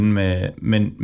men